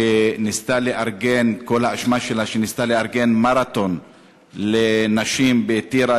שכל אשמתה שניסתה לארגן מרתון לנשים בטירה.